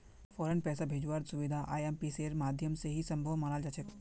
फौरन पैसा भेजवार सुबिधा आईएमपीएसेर माध्यम से ही सम्भब मनाल जातोक